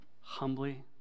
humbly